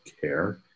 care